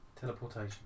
Teleportation